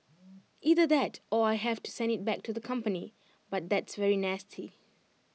either that or I have to send IT back to the company but that's very nasty